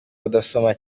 kudasoma